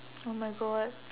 oh my god